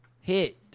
hit